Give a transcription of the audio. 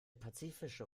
pazifische